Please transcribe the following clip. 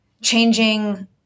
changing